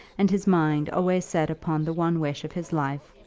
and his mind always set upon the one wish of his life,